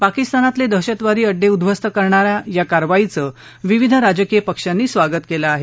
पाकिस्तानातले दहशतवादी अड्डे उद्ध्वस्त करणाऱ्या या कारवाईचं विविध राजकीय पक्षांनी स्वागत केलं आहे